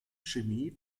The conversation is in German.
chemie